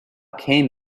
came